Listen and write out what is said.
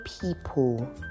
people